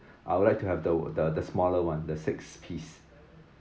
I would like to have the the smaller [one] the six piece